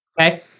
okay